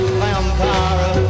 vampire